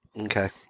Okay